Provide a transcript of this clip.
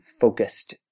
focused